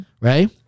right